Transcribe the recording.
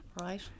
Right